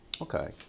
Okay